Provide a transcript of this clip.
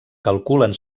calculen